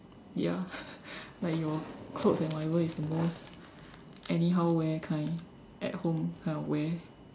ya like your clothes and whatever is the most anyhow wear kind at home kind of wear